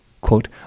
quote